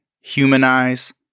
Humanize